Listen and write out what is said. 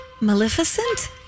Maleficent